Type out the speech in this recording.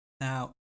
Now